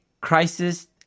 crisis